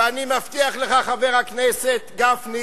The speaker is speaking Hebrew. ואני מבטיח לך, חבר הכנסת גפני,